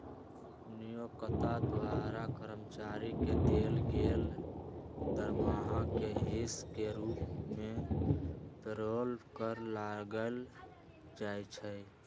नियोक्ता द्वारा कर्मचारी के देल गेल दरमाहा के हिस के रूप में पेरोल कर लगायल जाइ छइ